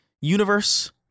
universe